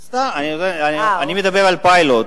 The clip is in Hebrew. סתם, אני מדבר על פיילוט.